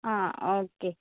ആ ഓക്കെ